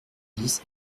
dix